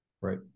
Right